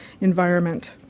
environment